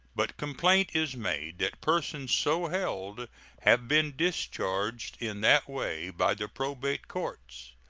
but complaint is made that persons so held have been discharged in that way by the probate courts.